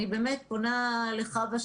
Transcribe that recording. אני באמת פונה לחוה,